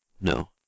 No